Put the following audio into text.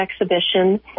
exhibition